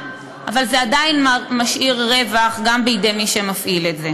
אבל זה עדיין משאיר רווח גם בידי מי שמפעיל את זה.